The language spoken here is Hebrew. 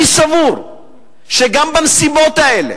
אני סבור שגם בנסיבות האלה,